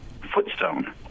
footstone